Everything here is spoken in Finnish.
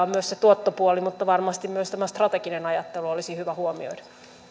on myös se tuottopuoli mutta varmasti myös tämä strateginen ajattelu olisi hyvä huomioida